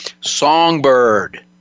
Songbird